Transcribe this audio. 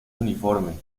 uniforme